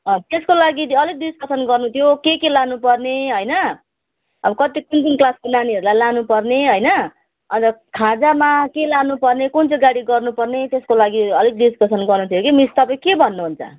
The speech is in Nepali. अँ त्यसको लागि अलिक डिस्कसन गर्नु थियो के के लानुपर्ने होइन अब कति कुन कुन क्लासको नानीहरूलाई लानुपर्ने होइन अन्त खाजामा के लानुपर्ने कुन चाहिँ गाडी गर्नुपर्ने त्यसको लागि अलिक डिस्कसन गर्नु थियो कि मिस तपाईँ के भन्नुहुन्छ